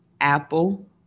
apple